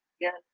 yes